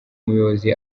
muyobozi